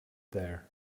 there